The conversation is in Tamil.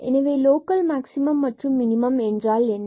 எனவே லோக்கல் மேக்சிமம் மற்றும் மினிமம் என்றால் என்ன